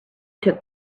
took